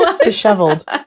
Disheveled